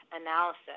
analysis